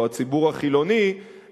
או הציבור החילוני,